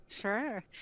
Sure